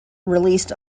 released